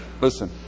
listen